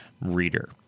reader